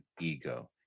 ego